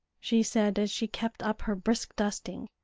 she said, as she kept up her brisk dusting.